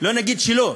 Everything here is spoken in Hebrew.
לא נגיד שלא.